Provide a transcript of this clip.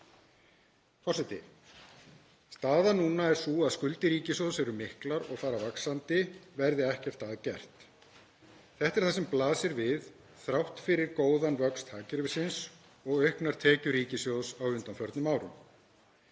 Forseti. Staðan núna er sú að skuldir ríkissjóðs eru miklar og fara vaxandi verði ekkert að gert. Þetta er það sem blasir við þrátt fyrir góðan vöxt hagkerfisins og auknar tekjur ríkissjóðs á undanförnum árum.